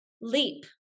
leap